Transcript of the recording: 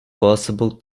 possible